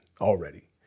already